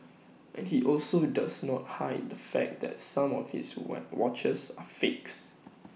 and he also does not hide the fact that some of his what watches are fakes